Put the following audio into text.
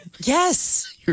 Yes